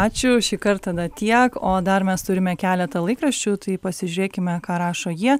ačiū šį kart tada tiek o dar mes turime keletą laikraščių tai pasižiūrėkime ką rašo jie